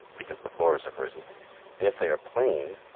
because the floors have risen, and if they are planed,